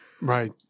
Right